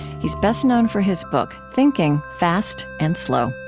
he's best known for his book thinking, fast and slow